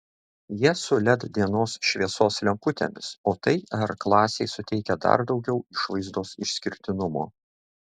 jie su led dienos šviesos lemputėmis o tai r klasei suteikia dar daugiau išvaizdos išskirtinumo